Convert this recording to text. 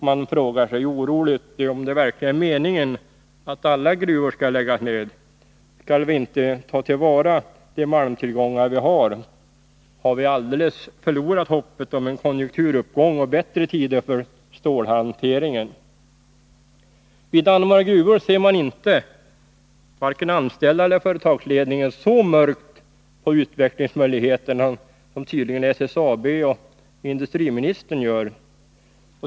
Man frågar sig oroligt om det verkligen är meningen att alla gruvor skall läggas ned. Skall vi inte ta till vara de malmtillgångar vi har? Har vi alldeles förlorat hoppet om en konjunkturuppgång och bättre tider för stålhanteringen? Vid Dannemora gruvor ser varken anställda eller företagsledning så mörkt på utvecklingsmöjligheterna som tydligen SSAB och industriministern gör.